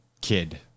kid